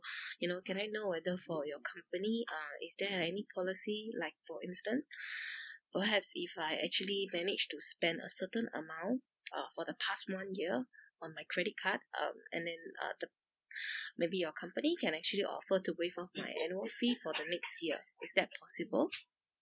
you know can I know whether for your company uh is there any policy like for instance perhaps if I actually managed to spend a certain amount uh for the past one year on my credit card um and then uh the maybe your company can actually offer to waive off my annual fee for the next year is that possible